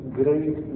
great